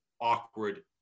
awkward